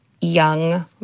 young